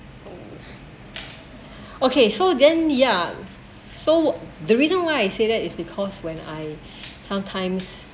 okay so then ya so the reason why I say that is because when I sometimes